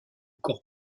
corps